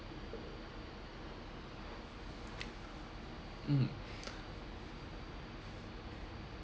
mm